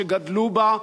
שגדלו בה,